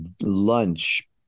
lunch